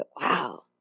Wow